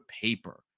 paper